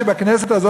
שבכנסת הזאת,